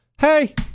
hey